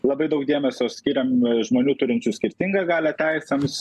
labai daug dėmesio skiriam žmonių turinčių skirtingą galią teisėms